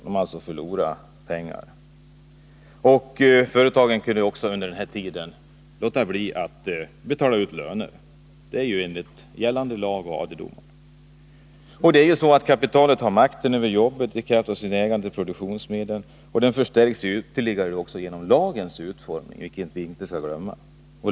De hade alltså förlorat pengar. Företagen kunde också under denna tid låta bli att betala ut löner, enligt gällande lag och AD-dom. Det är ju så att kapitalet har makten över jobben, i kraft av sitt ägande av produktionsmedlen, och denna makt förstärks ytterligare genom lagens utformning. Det skall vi inte glömma.